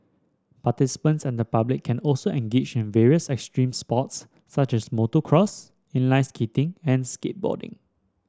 participants and the public can also engage in various extreme sports such as motocross inline skating and skateboarding